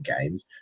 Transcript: games